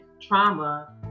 trauma